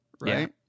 right